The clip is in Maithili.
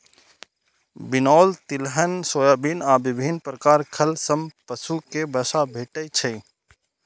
बिनौला, तिलहन, सोयाबिन आ विभिन्न प्रकार खल सं पशु कें वसा भेटै छै